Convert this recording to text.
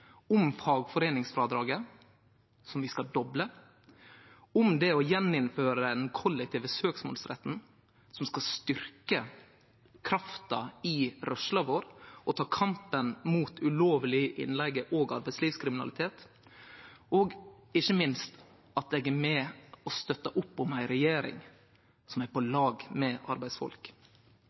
om fagforeiningsfrådraget, som vi skal doble, og om at vi igjen skal innføre den kollektive søksmålsretten, som skal styrkje krafta i rørsla vår og ta kampen mot ulovleg innleige og arbeidslivskriminalitet. Ikkje minst er eg med og støttar opp om ei regjering som er på lag med arbeidsfolk.